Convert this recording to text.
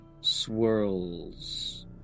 swirls